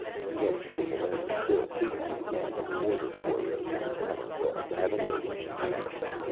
he had seen valeria kill too many men in border forays and tavern brawls to have any illusions about her.